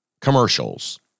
commercials